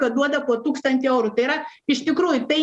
kad duoda po tūkstantį eurų tai yra iš tikrųjų tai